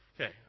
Okay